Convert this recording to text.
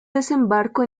desembarco